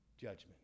Judgment